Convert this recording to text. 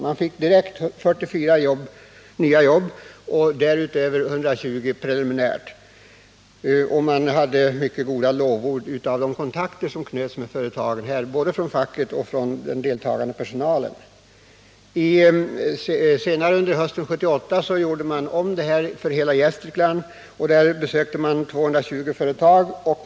Man fick direkt 44 jobb, och därutöver utlovades preliminärt 120 jobb. Både facket och den deltagande personalen vid de företag som besöktes lovordade de kontakter som knöts genom den här verksamheten. Under hösten 1978 gjordes en liknande satsning för hela Gästrikland. Därvid besöktes 220 företag.